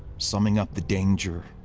summing up the danger,